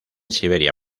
siberia